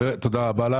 תודה רבה.